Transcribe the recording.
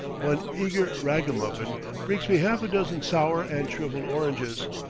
one eager ragamuffin brings me half-a-dozen sour and shrivelled oranges,